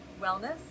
wellness